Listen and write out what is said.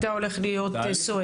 אתה הולך להיות סוהר.